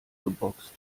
geboxt